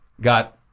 got